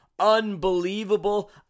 Unbelievable